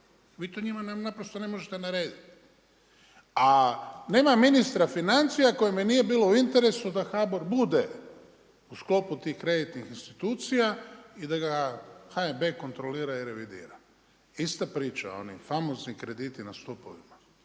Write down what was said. vi to njima naprosto ne možete narediti. A nema ministra financija kojem nije bilo u interesu da HBOR bude u sklopu tih kreditnih institucija, i da ga HNB kontrolira i revidira. Ista priča, oni famozni krediti na stupovima,